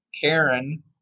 Karen